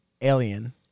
Alien